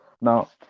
now